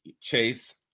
Chase